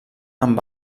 amb